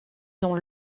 dans